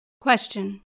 Question